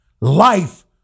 Life